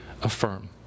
affirm